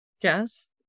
Yes